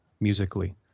musically